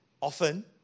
often